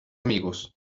amigos